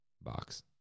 box